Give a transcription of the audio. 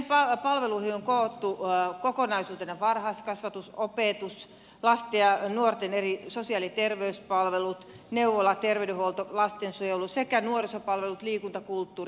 näihin palveluihin on koottu kokonaisuutena varhaiskasvatus opetus lasten ja nuorten eri sosiaali ja terveyspalvelut neuvola terveydenhuolto lastensuojelu sekä nuorisopalvelut liikuntakulttuuri